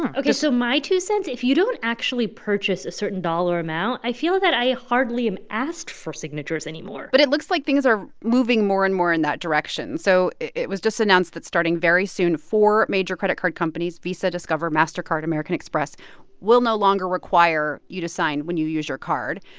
ok. so my two cents, if you don't actually purchase a certain dollar amount, i feel that i hardly am asked for signatures anymore but it looks like things are moving more and more in that direction. so it was just announced that starting very soon, four major credit card companies visa, discover, mastercard, american express will no longer require you to sign when you use your card.